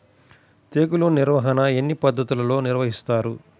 తెగులు నిర్వాహణ ఎన్ని పద్ధతులలో నిర్వహిస్తారు?